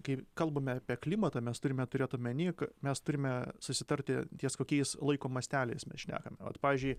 kai kalbame apie klimatą mes turime turėt omeny ka mes turime susitarti ties kokiais laiko masteliais mes šnekam vat pavyzdžiui